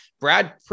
Brad